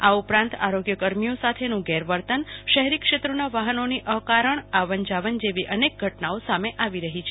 આ ઉપરાંત આરોગ્ય કર્માઓ સાથ નું ગેરવર્તન શહેરી ક્ષેત્રોના વાહનોની અકારણ આવન જાવન જેવી પણ અનેક ઘટનાઓ સામે આવી છે